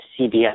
CBS